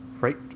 right